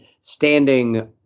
standing